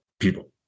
people